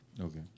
Okay